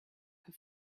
her